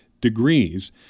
degrees